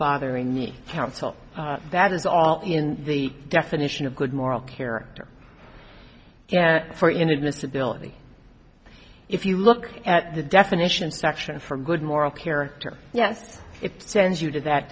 bothering me counsel that is all in the definition of good moral character for inadmissibility if you look at the definitions section for good moral character yes it sends you to that